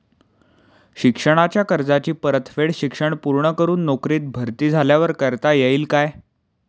शिक्षणाच्या कर्जाची परतफेड शिक्षण पूर्ण करून नोकरीत भरती झाल्यावर करता येईल काय?